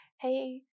hey